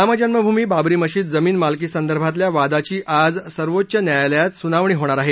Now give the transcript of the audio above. राम जन्मभूमी बाबरी मशीद जमीन मालकीसंदर्भातल्या वादाची आज सर्वोच्च न्यायालयात सुनावणी होणार आहे